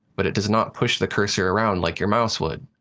but it does not push the cursor around like your mouse would.